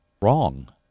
wrong